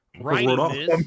Right